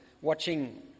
watching